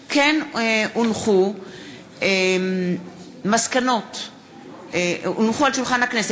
בנושא: קידום אידיאולוגיית "דאעש" במערכת החינוך.